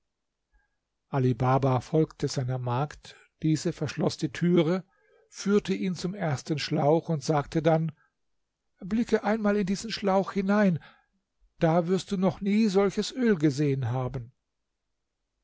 baba folgte seiner magd diese verschloß die türe führte ihn zum ersten schlauch und sagte dann blicke einmal in diesen schlauch hinein da wirst noch nie solches öl gesehen haben